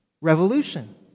Revolution